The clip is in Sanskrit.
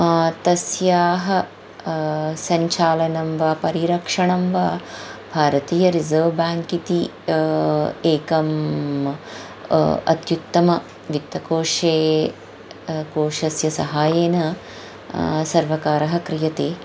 तस्याः सञ्चालनं वा परिरक्षणं वा भारतीय रिसर्व् बेङ्क् इति एकम् अत्युत्तम वित्तकोशे कोशस्य सहायेन सर्वकारः क्रियते